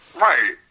Right